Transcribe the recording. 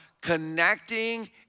connecting